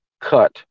cut